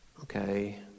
okay